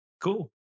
Cool